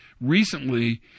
recently